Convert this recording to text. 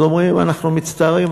אז אומרים: אנחנו מצטערים,